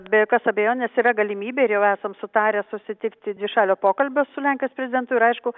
be jokios abejonės yra galimybė ir jau esam sutarę susitikti dvišalio pokalbio su lenkijos prezidentu ir aišku